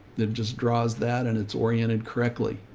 that just draws that and it's oriented correctly.